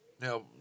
Now